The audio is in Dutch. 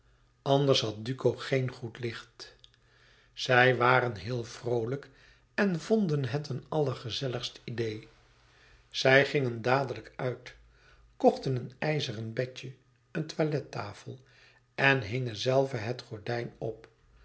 anders had duco geen goed licht zij waren heel vroolijk en vonden het een allergezelligst idee zij gingen dadelijk uit kochten een ijzeren bedje een toilettafel en hingen zelve het gordijn op